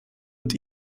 und